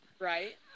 Right